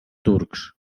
turcs